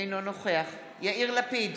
אינו נוכח יאיר לפיד,